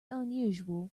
unusual